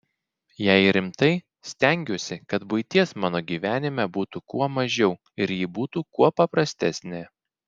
jei rimtai stengiuosi kad buities mano gyvenime būtų kuo mažiau ir ji būtų kuo paprastesnė